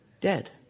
dead